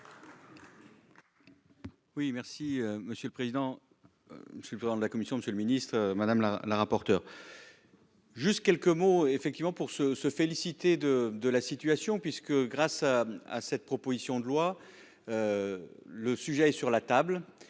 Oui, merci monsieur le président. Je suis président de la Commission, monsieur le ministre, madame la rapporteure. Juste quelques mots effectivement pour se, se féliciter de de la situation, puisque grâce. À cette proposition de loi. Le sujet sur la table